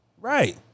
Right